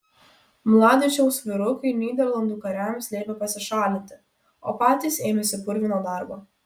mladičiaus vyrukai nyderlandų kariams liepė pasišalinti o patys ėmėsi purvino darbo